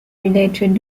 related